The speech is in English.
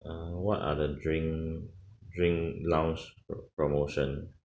uh what are the drink drink lounge promotion